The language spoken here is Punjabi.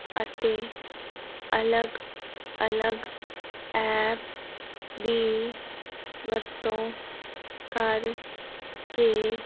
ਅਤੇ ਅਲੱਗ ਅਲੱਗ ਐਪ ਦੀ ਵਰਤੋਂ ਕਰਕੇ